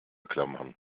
klammern